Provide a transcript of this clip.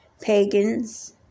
Pagans